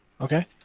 Okay